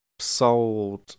sold